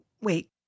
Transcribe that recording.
wait